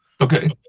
Okay